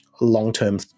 long-term